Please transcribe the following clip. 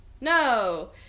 no